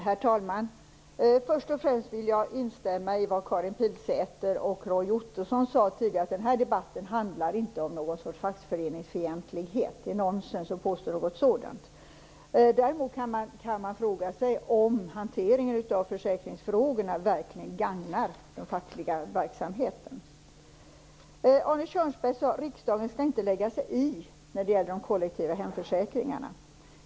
Herr talman! Först och främst vill jag instämma i vad Karin Pilsäter och Roy Ottosson tidigare sade, nämligen att den här debatten inte handlar om någon sorts fackföreningsfientlighet. Det är nonsens att påstå något sådant. Däremot kan man fråga sig om hanteringen av försäkringsfrågorna verkligen gagnar den fackliga verksamheten. Arne Kjörnsberg sade att riksdagen inte skall lägga sig i de kollektiva hemförsäkringarna.